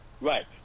Right